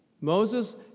Moses